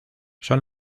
son